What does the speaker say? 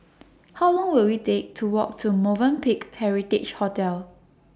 How Long Will IT Take to Walk to Movenpick Heritage Hotel